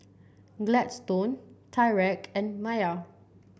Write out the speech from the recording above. Gladstone Tyrek and Maia